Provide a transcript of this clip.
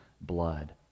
blood